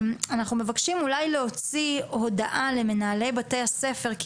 אנחנו מבקשים אולי להוציא הודעה למנהלי בתי הספר כי